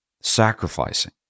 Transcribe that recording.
sacrificing